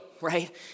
right